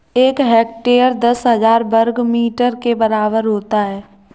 एक हेक्टेयर दस हजार वर्ग मीटर के बराबर होता है